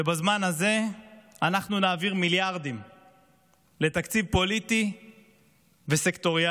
ובזמן הזה אנחנו נעביר מיליארדים לתקציב פוליטי וסקטוריאלי.